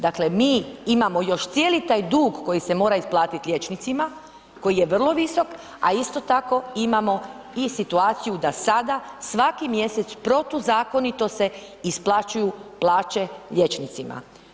Dakle, mi imamo još cijeli taj dug koji se mora isplatiti liječnicima, koji je vrlo visok a isto tako imamo i situaciju da sada svaki mjesec protuzakonito se isplaćuju plaće liječnicima.